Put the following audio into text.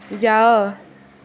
ଯାଅ